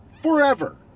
Forever